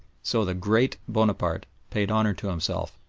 so the great bonaparte paid honour to himself,